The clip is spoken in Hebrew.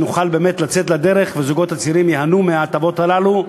על מנת שנוכל לצאת לדרך והזוגות הצעירים ייהנו מההטבות הללו: